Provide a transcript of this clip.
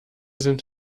sind